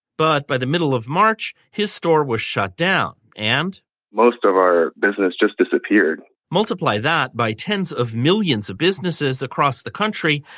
but by the middle of march, his store was shut down. and most of our business just disappeared. multiply that by tens of millions of businesses across the country,